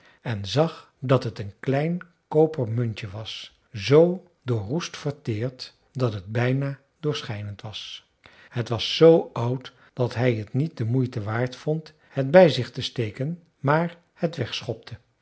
en zag dat het een klein koper muntje was zoo door roest verteerd dat het bijna doorschijnend was het was zoo oud dat hij t niet de moeite waard vond het bij zich te steken maar het